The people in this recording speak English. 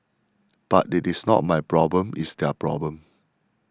but it is not my problem it's their problem